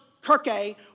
kirke